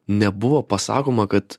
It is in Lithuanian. nebuvo pasakoma kad